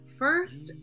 first